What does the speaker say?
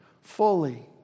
fully